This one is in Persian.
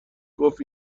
گفت